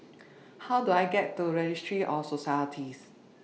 How Do I get to Registry of Societies